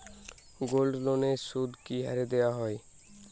গোল্ডলোনের সুদ কি হারে দেওয়া হয়?